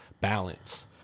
balance